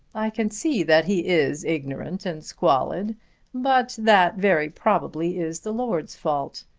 i can see that he is ignorant and squalid but that very probably is the lord's fault.